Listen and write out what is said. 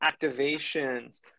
activations